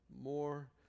More